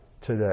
today